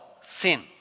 sin